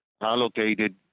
allocated